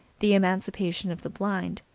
the emancipation of the blind,